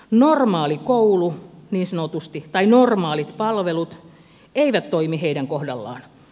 normaali koulu niin sanotusti tai normaalit palvelut eivät toimi heidän kohdallaan